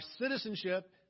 citizenship